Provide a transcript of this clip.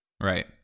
right